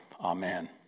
Amen